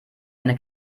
eine